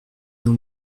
nous